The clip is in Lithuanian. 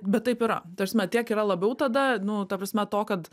bet taip yra ta prasme tiek yra labiau tada nu ta prasme to kad